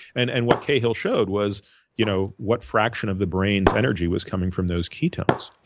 and and what cahill showed was you know what fraction of the brain's energy was coming from those ketones.